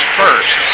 first